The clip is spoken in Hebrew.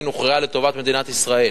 למקרקעין הוכרעה לטובת מדינת ישראל.